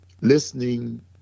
listening